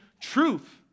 truth